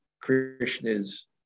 Krishna's